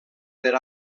per